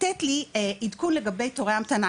לתת לי עדכון לגבי תורי המתנה.